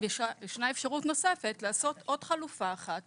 יש אפשרות נוספת והיא לעשות עוד חלופה אחת